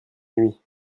nuit